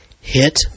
Hit